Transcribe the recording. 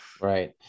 right